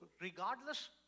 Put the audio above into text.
regardless